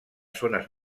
zones